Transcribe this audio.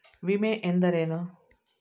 ವಿಮೆ ಎಂದರೇನು?